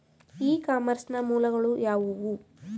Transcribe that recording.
E commerce ನ ಮೂಲಗಳು ಯಾವುವು?